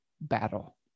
battle